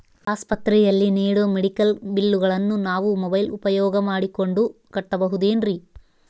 ಆಸ್ಪತ್ರೆಯಲ್ಲಿ ನೇಡೋ ಮೆಡಿಕಲ್ ಬಿಲ್ಲುಗಳನ್ನು ನಾವು ಮೋಬ್ಯೆಲ್ ಉಪಯೋಗ ಮಾಡಿಕೊಂಡು ಕಟ್ಟಬಹುದೇನ್ರಿ?